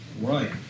Right